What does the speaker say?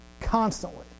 constantly